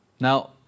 Now